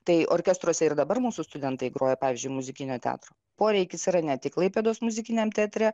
tai orkestruose ir dabar mūsų studentai groja pavyzdžiui muzikinio teatro poreikis yra ne tik klaipėdos muzikiniam teatre